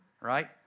right